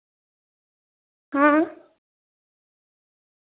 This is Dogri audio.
हां